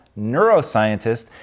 neuroscientist